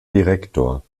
direktor